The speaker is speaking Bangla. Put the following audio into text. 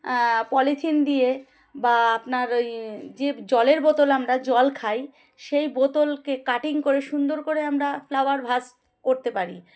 পলিথিন দিয়ে বা আপনার ওই যে জলের বোতল আমরা জল খাই সেই বোতলকে কাটিং করে সুন্দর করে আমরা ফ্লাওয়ার ভাজ করতে পারি